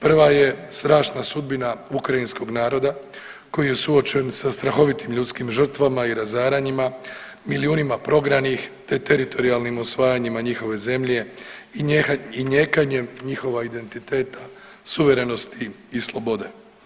Prva je strašna sudbina ukrajinskog naroda koji je suočen sa strahovitim ljudskim žrtvama i razaranjima, milijunima prognanih, te teritorijalnim osvajanjima njihove zemlje i nijekanjem njihova identiteta, suverenosti i slobode.